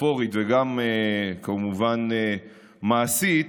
מטאפורית וכמובן גם מעשית,